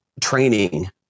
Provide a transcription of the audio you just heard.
training